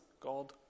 God